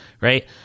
right